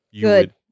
good